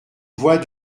voix